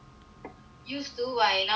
used to why now no time